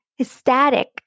ecstatic